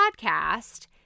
podcast